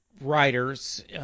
writers –